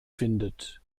findet